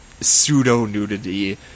Pseudo-nudity